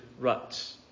ruts